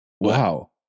wow